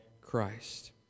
Christ